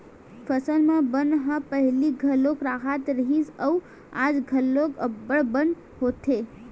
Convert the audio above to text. फसल म बन ह पहिली घलो राहत रिहिस अउ आज घलो अब्बड़ बन होथे